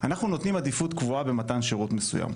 אנחנו נותנים עדיפות קבועה במתן שירות מסוים,